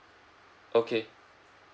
okay